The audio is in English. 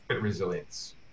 Resilience